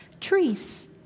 trees